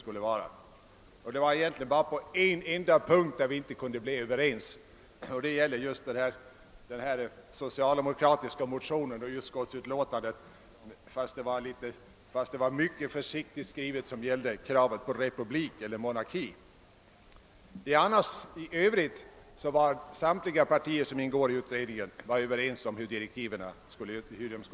Det var egentligen bara på en enda punkt som vi inte kunde bli eniga, nämligen när det gällde det socialdemo kratiska kravet — både motionen och utskottsutlåtandet var försiktigt skrivna — att frågan om republik eller mo ningen. I övrigt var samtliga partier överens om hur direktiven skulle utformas.